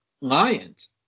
lions